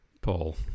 Paul